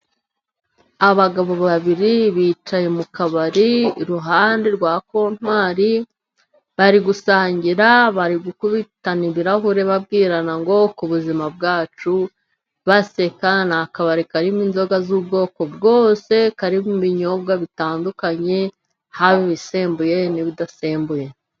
Abagabo babiri bicaye mu kabari, iruhande rwa kontwari bari gusangira. Bari gukubitana ibirahure babwirana ngo ku buzima bwacu, baseka. Ni akabari karimo inzoga z'ubwoko bwose. Karirimo ibinyobwa bitandukanye haba ibisembuye n'ibidasembuye.